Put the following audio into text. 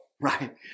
right